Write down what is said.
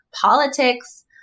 politics